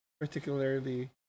particularly